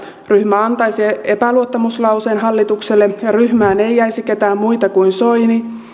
antaisi epäluottamuslauseen hallitukselle ja ryhmään ei jäisi ketään muita kuin soini